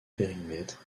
périmètre